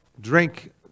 drink